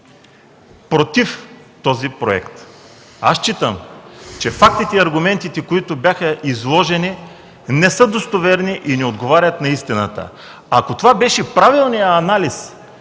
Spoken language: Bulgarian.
против проекта. Считам, че фактите и аргументите, които бяха изложени, не са достоверни и не отговарят на истината. Ако това беше правилният анализ